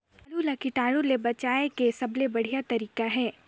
आलू ला कीटाणु ले बचाय के सबले बढ़िया तारीक हे?